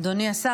אדוני השר,